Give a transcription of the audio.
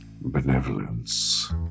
benevolence